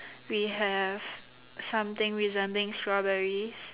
we have something resembling strawberries